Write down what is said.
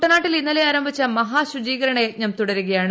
കുട്ടനാട്ടിൽ ഇന്നലെ ആരംഭിച്ച മഹാശുചീകരണ യജ്ഞം തുടരുകയാണ്